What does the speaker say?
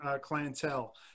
clientele